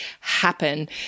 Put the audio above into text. happen